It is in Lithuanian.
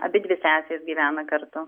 abidvi sesės gyvena kartu